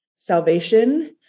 salvation